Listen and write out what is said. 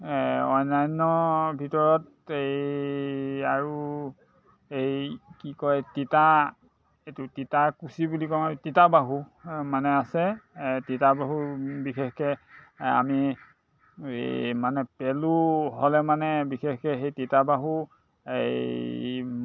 অন্যান্য ভিতৰত এই আৰু এই কি কয় তিতা এইটো তিতা কুচি বুলি কওঁ তিতা বাহু মানে আছে তিতা বাহু বিশেষকে আমি মানে পেলু হ'লে মানে বিশেষকে সেই তিতা বাহু এই